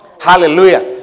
Hallelujah